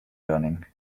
learning